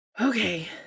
Okay